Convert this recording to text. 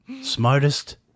Smartest